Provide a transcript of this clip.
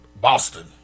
Boston